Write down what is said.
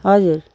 हजुर